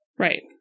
Right